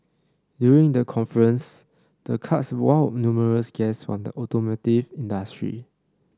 during the conference the karts wowed numerous guests from the automotive industry